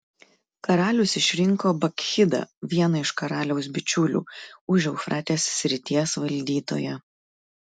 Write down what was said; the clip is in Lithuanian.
karalius išrinko bakchidą vieną iš karaliaus bičiulių užeufratės srities valdytoją